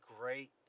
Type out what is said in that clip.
great